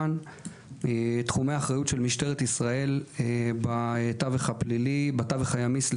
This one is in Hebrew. תחומי האחריות של משטרת ישראל בתווך הימי הם: